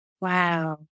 Wow